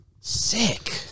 Sick